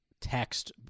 text